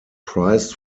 prized